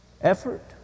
effort